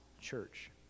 church